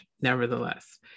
nevertheless